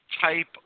type